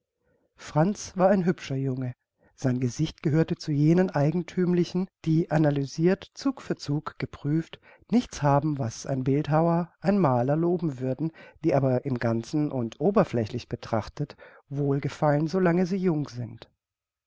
franz war ein hübscher junge sein gesicht gehörte zu jenen eigenthümlichen die analysirt zug für zug geprüft nichts haben was ein bildhauer ein maler loben würden die aber im ganzen und oberflächlich betrachtet wohlgefallen so lange sie jung sind